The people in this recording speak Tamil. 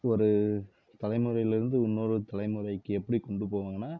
ஒரு தலைமுறையில் இருந்து இன்னொரு தலைமுறைக்கு எப்படி கொண்டு போவாங்கன்னால்